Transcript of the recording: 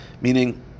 Meaning